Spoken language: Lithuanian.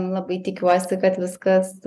labai tikiuosi kad viskas